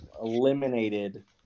eliminated